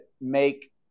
make